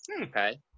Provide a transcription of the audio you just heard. Okay